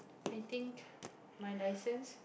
I think my license